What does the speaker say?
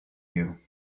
you